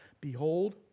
Behold